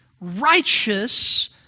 righteous